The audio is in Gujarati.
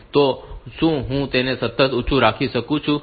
તો શું હું તેને સતત ઉંચુ રાખી શકું છું